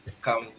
come